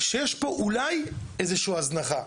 שיש פה אולי איזו שהיא הזנחה.